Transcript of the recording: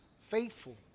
faithful